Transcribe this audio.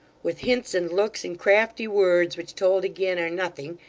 with hints, and looks, and crafty words, which told again are nothing,